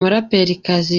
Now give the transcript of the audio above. muraperikazi